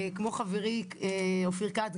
כמו חברי אופיר כץ,